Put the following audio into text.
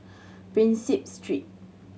Prinsep Street